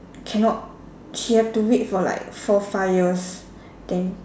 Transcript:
cannot she have to wait for like four five years then